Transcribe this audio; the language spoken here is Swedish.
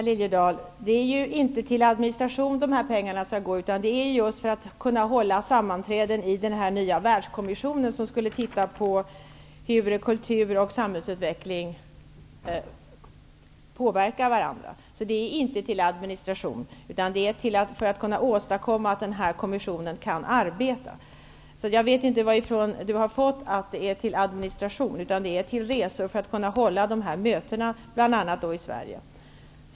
Herr talman! Det är ju inte till administration som dessa pengar skall gå, herr Liliedahl, utan dessa pengar skall användas för att man skall kunna arbeta och hålla sammanträden i den nya världskommissionen, som skall se över hur kultur och samhällsutveckling påverkar varandra. Jag vet inte varifrån Simon Liliedahl har fått att pengarna skall gå till administration. Pengarna skall användas för resor, så att man kan hålla möten bl.a. i Sverige.